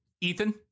Ethan